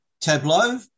Tableau